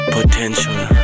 Potential